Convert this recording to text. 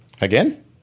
Again